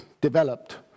developed